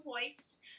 voice